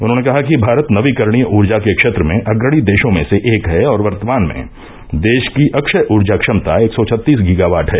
उन्होने कहा कि भारत नवीकरणीय ऊर्जा के क्षेत्र में अग्रणी देशों में से एक है और वर्तमान में देश की अक्षय ऊर्जा क्षमता एक सौ छत्तीस गीगावाट है